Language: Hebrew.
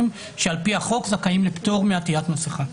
שעל פי החוק זכאים לפטור מעטיית מסכה.